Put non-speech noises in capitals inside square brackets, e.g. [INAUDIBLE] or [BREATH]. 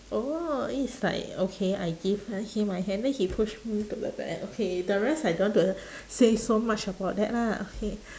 oh it is like okay I give uh him my hand then he push me to the back okay the rest I don't want to [BREATH] say so much about that lah okay